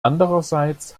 andererseits